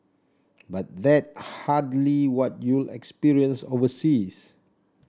but that's hardly what you'll experience overseas